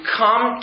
come